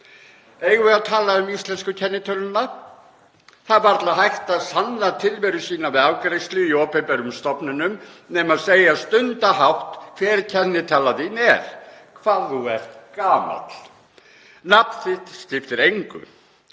Eigum við að tala um íslensku kennitöluna? Það er varla hægt að sanna tilveru sína við afgreiðslu í opinberum stofnunum nema segja stundarhátt hver er kennitalan þín er; hvað þú ert gamall. Nafn þitt skiptir engu.